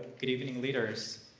good evening, leaders.